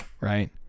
right